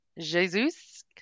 Jesus